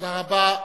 תודה רבה.